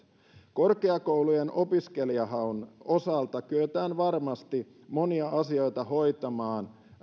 korkeakoulujen opiskelijahaun osalta kyetään varmasti monia asioita hoitamaan